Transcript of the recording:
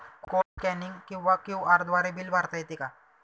Code scanning किंवा QR द्वारे bill भरता येते का?